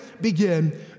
begin